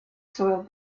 soiled